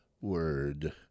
word